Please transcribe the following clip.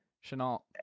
chanel